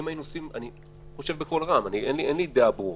אני חושב בקול רם, אין לי דעה ברורה.